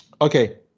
okay